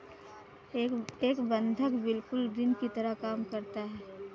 एक बंधक बिल्कुल ऋण की तरह काम करता है